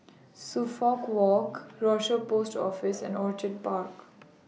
Suffolk Walk Rochor Post Office and Orchid Park